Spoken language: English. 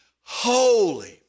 holy